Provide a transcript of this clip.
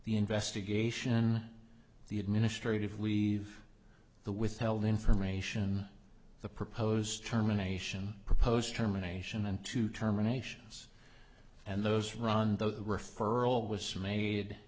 the investigation the administrative leave the withheld information the proposed terminations proposed germination and two terminations and those round the referral was made